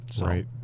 Right